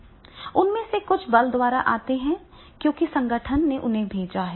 उनमें से कुछ बल द्वारा आते हैं क्योंकि संगठन ने उन्हें भेजा है